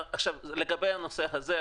לגבי הנושא הזה,